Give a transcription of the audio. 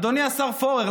אדוני השר פורר,